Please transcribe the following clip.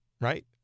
right